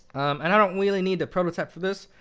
and i don't really need the prototype for this,